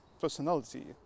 personality